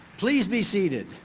please be seated.